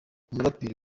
umuraperi